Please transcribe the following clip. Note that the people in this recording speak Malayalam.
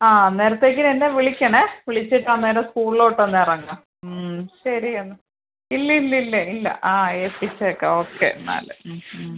ആ അന്നേരത്തേക്കിന് എന്നെ വിളിക്കണേ വിളിച്ചിട്ട് അന്നേരം സ്കൂളിലോട്ടൊന്നിറങ്ങ് ശരിയെന്ന് ഇല്ലില്ലില്ല ഇല്ല ആ ഏൽപ്പിച്ചേക്കാം ഓക്കെ എന്നാൽ